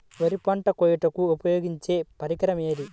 వరి పంట కోయుటకు ఉపయోగించే పరికరం ఏది?